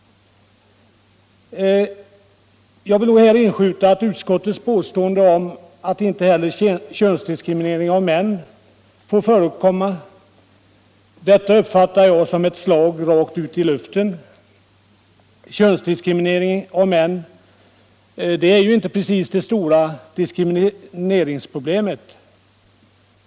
Utskottets påstående om att inte heller könsdiskriminering av män får förekomma, uppfattar jag som ett slag i luften. Könsdiskriminering av män är ju inte precis det stora diskrimineringsproblemetr.